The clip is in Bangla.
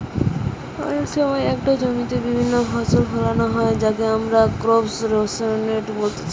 অনেক সময় একটো জমিতে বিভিন্ন ফসল ফোলানো হয় যাকে আমরা ক্রপ রোটেশন বলতিছে